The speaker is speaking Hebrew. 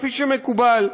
כפי שמקובל.